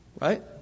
right